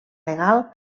legal